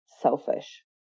selfish